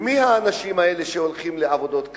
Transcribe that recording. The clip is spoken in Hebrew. ומי האנשים האלה, שהולכים לעבודות כאלה?